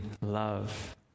love